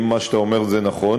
אם מה שאתה אומר זה נכון,